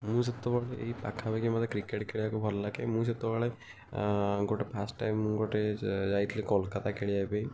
ମୁଁ ସେତେବେଳେ ଏଇ ପାଖାପାଖି ମୋତେ କ୍ରିକେଟ୍ ଖେଳିବାକୁ ଭଲ ଲାଗେ ମୁଁ ସେତେବେଳେ ଫାଷ୍ଟ୍ ଟାଇମ୍ ମୁଁ ଗୋଟେ ଯାଇଥିଲି କୋଲକାତା ଖେଳିବା ପାଇଁ